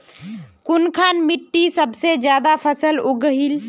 कुनखान मिट्टी सबसे ज्यादा फसल उगहिल?